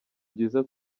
byiza